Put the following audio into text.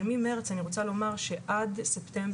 אבל ממרץ, אני רוצה להגיד שעד ספטמבר,